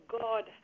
God